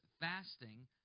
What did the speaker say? Fasting